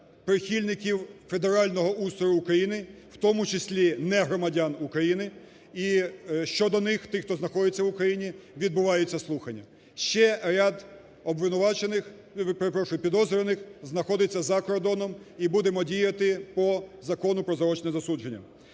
прихильників федерального устрою України, в тому числі не громадян України. І щодо них, тих, хто знаходиться в Україні, відбувається слухання. Ще ряд обвинувачених, перепрошую, підозрюваних знаходиться за кордоном, і будемо діяти по Закону про заочне засудження.